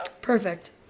Perfect